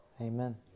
Amen